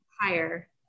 Higher